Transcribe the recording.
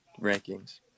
rankings